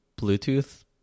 Bluetooth